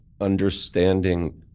understanding